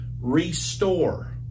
restore